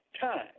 time